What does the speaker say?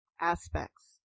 aspects